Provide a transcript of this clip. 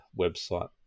website